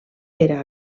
era